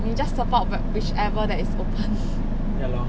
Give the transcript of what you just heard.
你 just support what whichever that is open